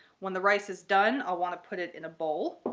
when the rice is done, i'll want to put it in a bowl.